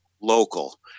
local